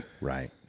Right